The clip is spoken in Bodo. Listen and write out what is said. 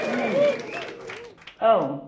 उम औ